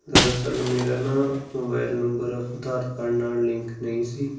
ਦਰਅਸਲ ਮੇਰਾ ਨਾ ਮੋਬਾਈਲ ਨੰਬਰ ਆਧਾਰ ਕਾਰਡ ਨਾਲ ਲਿੰਕ ਨਹੀਂ ਸੀ